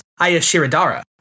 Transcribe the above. Ayashiridara